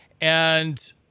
And-